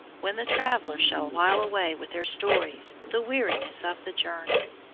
when the travellers shall while away with their stories the weariness of the journey.